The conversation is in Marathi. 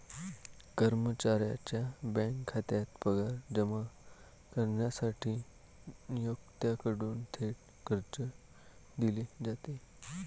कर्मचाऱ्याच्या बँक खात्यात पगार जमा करण्यासाठी नियोक्त्याकडून थेट कर्ज दिले जाते